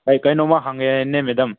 ꯑꯩ ꯀꯩꯅꯣꯃ ꯍꯪꯒꯦꯅꯦ ꯃꯦꯗꯥꯝ